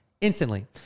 instantly